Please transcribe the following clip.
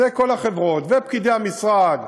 וכל החברות ופקידי המשרד